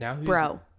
Bro